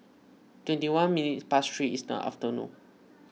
twenty one minutes past three in the afternoon